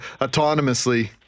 autonomously